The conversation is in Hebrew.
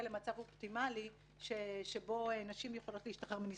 למצב אופטימלי שבו נשים יכולות להשתחרר מנישואין.